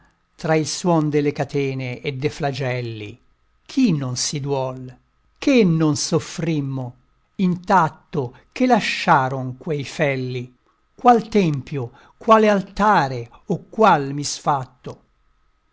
tra il suon delle catene e de flagelli chi non si duol che non soffrimmo intatto che lasciaron quei felli qual tempio quale altare o qual misfatto